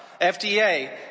FDA